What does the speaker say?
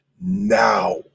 now